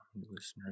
Listeners